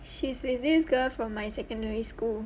she's with this girl from my secondary school